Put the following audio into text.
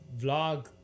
vlog